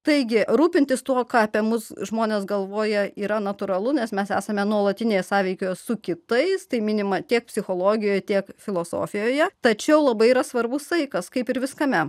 taigi rūpintis tuo ką apie mus žmonės galvoja yra natūralu nes mes esame nuolatinėje sąveikoje su kitais tai minima tiek psichologijoje tiek filosofijoje tačiau labai yra svarbus saikas kaip ir viskame